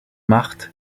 marthe